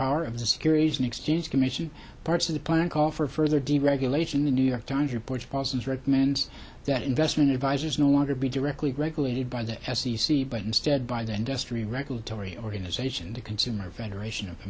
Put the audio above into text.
power of the securities and exchange commission parts of the plan call for further deregulation the new york times reports pass recommends that investment advisors know want to be directly regulated by the f c c but instead by the industry regulatory organization the consumer federation of